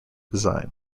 design